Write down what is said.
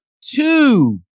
two